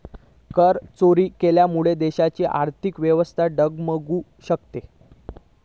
करचोरी केल्यामुळा देशाची आर्थिक व्यवस्था डगमगु शकता